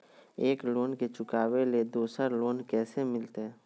एक लोन के चुकाबे ले दोसर लोन कैसे मिलते?